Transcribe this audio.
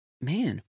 man